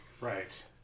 Right